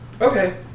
okay